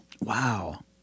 Wow